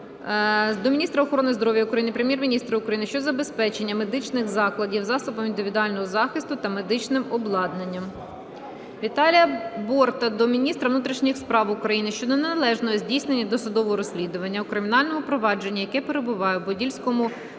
до міністра охорони здоров'я України, Прем'єр-міністра України щодо забезпечення медичних закладів засобами індивідуального захисту та медичним обладнанням. Віталія Борта до міністра внутрішніх справ України щодо неналежного здійснення досудового розслідування у кримінальному провадженні, яке перебуває у Подільському УП